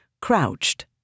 crouched